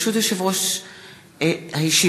ברשות יושב-ראש הישיבה,